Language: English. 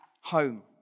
home